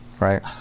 Right